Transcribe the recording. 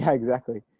yeah exactly.